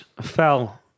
Fell